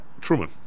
Truman